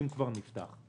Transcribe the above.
אם כבר הוא נפתח.